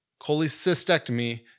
Cholecystectomy